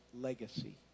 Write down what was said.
legacy